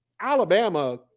Alabama